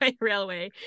Railway